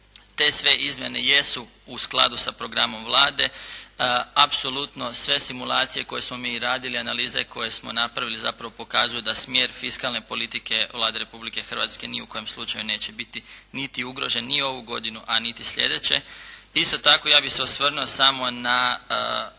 Te sve izmjene jesu u skladu sa programom Vlade, apsolutno sve simulacije koje smo mi i radili, analize koje smo napravili zapravo pokazuju da smjer fiskalne politike Vlade Republike Hrvatske ni u kojem slučaju neće biti niti ugrožen ni ovu godinu, a niti sljedeće. Isto tako, ja bih se osvrnuo samo na